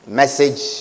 message